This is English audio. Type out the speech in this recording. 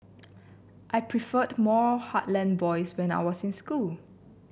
I preferred more heartland boys when I was in school